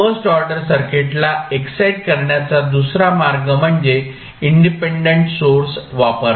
first order सर्किटला excite करण्याचा दुसरा मार्ग म्हणजे इंडिपेंडंट सोर्स वापरणे